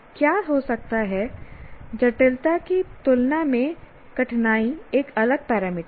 क्या हो सकता है जटिलता की तुलना में कठिनाई एक अलग पैरामीटर है